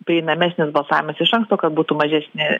prieinamesnis balsavimas iš anksto kad būtų mažesni